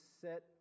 set